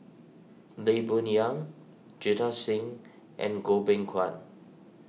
Lee Boon Yang Jita Singh and Goh Beng Kwan